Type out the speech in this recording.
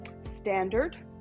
standard